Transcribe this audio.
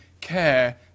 care